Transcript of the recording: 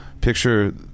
picture